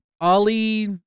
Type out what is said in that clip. Ali